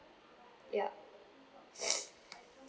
yup